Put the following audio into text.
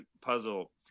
puzzle